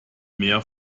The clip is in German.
mär